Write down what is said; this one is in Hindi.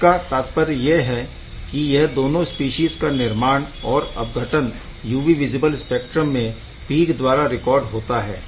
इसका तात्पर्य यह है कि यह दोनों स्पीशीज़ का निर्माण और अपघटन UV विज़िबल स्पेक्ट्रा में पीक द्वारा रिकॉर्ड होता है